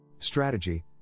Strategy